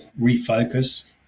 refocus